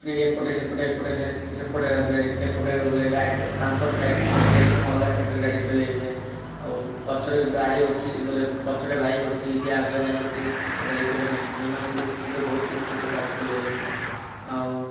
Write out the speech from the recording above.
ଏପଟେ ସେପଟେ ଏପଟେ ସେପଟେ ହେବେ ଏପଟେ ବୋଲେ ରାଇଟ୍ ସାଇଡ୍ ତାଙ୍କର ସାଇଡ୍ ଛାଡ଼ିକିନା ଅଲଗା ସାଇଡ୍ରେ ଗାଡ଼ି ଚଲେଇବେ ଆଉ ପଛରେ ଗାଡ଼ି ଅଛି ବୋଲେ ପଛରେ ବାଇକ୍ ଅଛି କି ଆଗରେ ବାଇକ୍ ଅଛି ସେଟା ଦେଖିବେ ନାହିଁ ସେମାନେ ଖାଲି ସ୍ପିଡ଼ରେ ବହୁତ ସ୍ପିଡ଼ରେ ବାଇକ୍ ଚଲେଇବେ ଆଉ